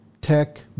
tech